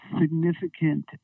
significant